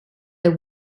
the